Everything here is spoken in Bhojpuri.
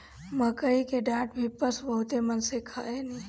मकई के डाठ भी पशु बहुते मन से खाने